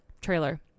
trailer